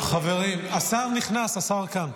חברים, השר נכנס, השר כאן.